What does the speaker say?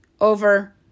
over